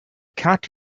cat